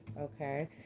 Okay